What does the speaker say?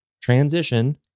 transition